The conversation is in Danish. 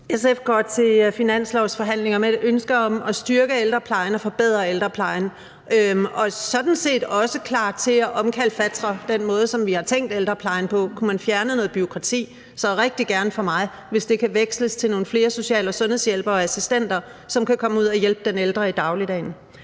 SF går til finanslovsforhandlingerne med et ønske om at styrke ældreplejen og forbedre ældreplejen og er sådan set også klar til at omkalfatre den måde, som vi har tænkt ældreplejen på, og kunne man fjerne noget bureaukrati, så rigtig gerne det for mig, hvis det kan veksles til nogle flere social- og sundhedshjælpere og sundhedsassistenter, som kan komme ud at hjælpe den ældre i dagligdagen.